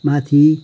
माथि